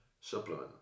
supplement